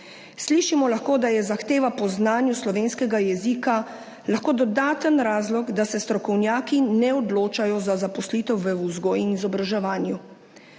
Slišimo lahko, da je zahteva po znanju slovenskega jezika lahko dodaten razlog, da se strokovnjaki ne odločajo za zaposlitev v vzgoji in izobraževanju.